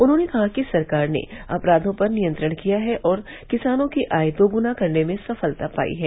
उन्होंने कहा कि सरकार ने अपरायों पर नियंत्रण किया है और किसानों की आय दोगुना करने में भी सफलता पाई है